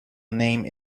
name